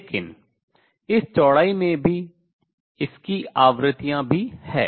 लेकिन इस चौड़ाई में इसकी आवृत्तियाँ भी हैं